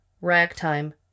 Ragtime